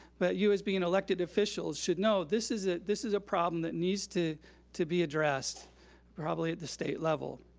but you, as being elected officials, should know this is ah this is a problem that needs to to be addressed probably at the state level.